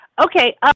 Okay